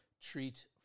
treat